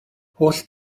holl